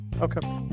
Okay